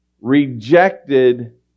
rejected